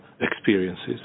experiences